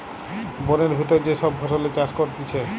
বোনের ভিতর যে সব ফসলের চাষ করতিছে